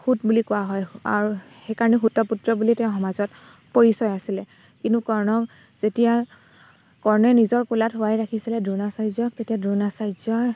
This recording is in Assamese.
সূত বুলি কোৱা হয় আৰু সেইকাৰণেও সূতপুত্ৰ বুলি তেওঁক সমাজত পৰিচয় আছিলে কিন্তু কৰ্ণক যেতিয়া কৰ্ণই নিজৰ কোলাত শুৱাই ৰাখিছিলে দ্ৰোণাচাৰ্যক তেতিয়া দ্ৰোণাচাৰ্যই